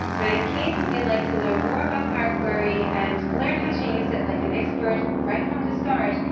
now in case you'd like to learn more about power query and learn how to use it like an expert right from the start,